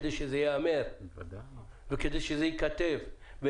כדי שזה ייאמר וכדי שזה ייכתב.